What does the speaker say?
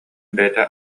бэйэтэ